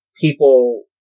people